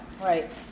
Right